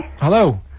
Hello